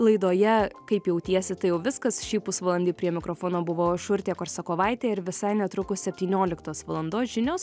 laidoje kaip jautiesi tai jau viskas šį pusvalandį prie mikrofono buvo aš urtė korsakovaitė ir visai netrukus septynioliktos valandos žinios